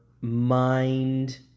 mind